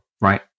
right